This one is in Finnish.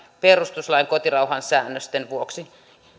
perustuslain kotirauhan säännösten vuoksi